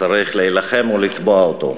שצריך להילחם ולתבוע אותו.